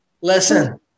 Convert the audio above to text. Listen